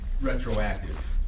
retroactive